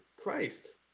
Christ